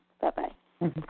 Bye-bye